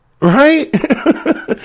right